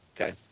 okay